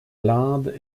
l’inde